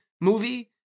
movie